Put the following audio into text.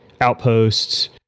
Outposts